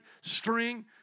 string